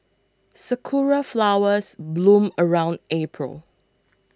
sakura flowers bloom around April